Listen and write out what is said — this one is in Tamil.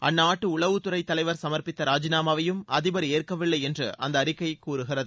அந்நாட்டு உளவுத்துறை தலைவர் சமர்ப்பித்த ராஜினாமாவையும் அதிபர் ஏற்கவில்லை என்று அந்த அறிக்கை கூறுகிறது